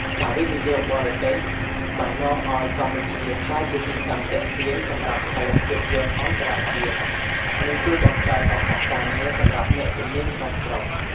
ការវិនិយោគបរទេស បាននាំឱ្យកម្ពុជាក្លាយជាទីតាំងទាក់ទាញសម្រាប់ផលិតភាពយន្តអន្តរជាតិ និងជួយបង្កើនឱកាសការងារសម្រាប់អ្នកជំនាញក្នុងស្រុក។